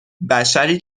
بشری